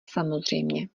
samozřejmě